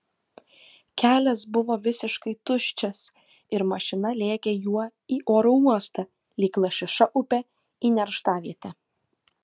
kelias buvo visiškai tuščias ir mašina lėkė juo į oro uostą lyg lašiša upe į nerštavietę